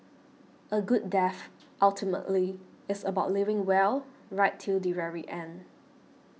a good death ultimately is about living well right till the very end